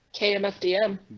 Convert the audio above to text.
KMFDM